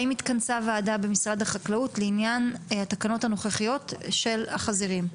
האם התכנסה ועדה במשרד החקלאות לעניין התקנות הנוכחיות של החזירים?